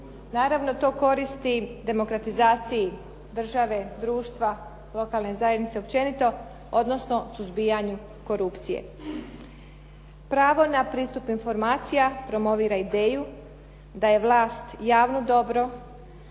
Naravno to koristi demokratizaciji države, društva, lokalne zajednice općenito, odnosno suzbijanju korupcije. Pravo na pristup informacija promovira ideju da je vlast javno dobro